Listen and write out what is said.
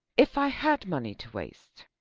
if i had money to waste,